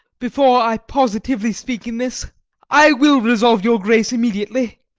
before i positively speak in this i will resolve your grace immediately.